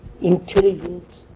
Intelligence